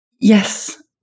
Yes